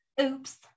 Oops